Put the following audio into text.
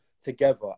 together